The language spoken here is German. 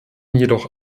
jedoch